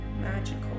magical